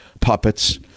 puppets